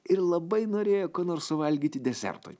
ir labai norėjo ką nors suvalgyti desertui